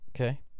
Okay